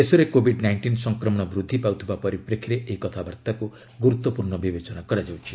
ଦେଶରେ Covid nineteen ସଂକ୍ମଣ ବୃଦ୍ଧି ପାଉଥିବା ପରିପ୍ରେକ୍ଷୀରେ ଏହି କଥାବାର୍ତ୍ତାକୁ ଗୁରୁତ୍ୱପୂର୍ଣ୍ଣ ବିବେଚନା କରାଯାଉଛି